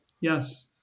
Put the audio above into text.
Yes